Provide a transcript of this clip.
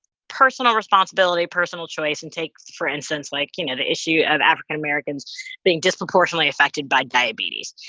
personal responsibility, personal choice. and, take, for instance, like, you know, the issue of african americans being disproportionately affected by diabetes,